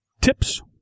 tips